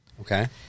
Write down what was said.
Okay